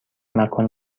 مکان